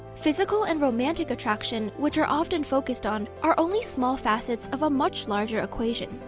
physical and romantic attraction, which are often focused on, are only small facets of a much larger equation.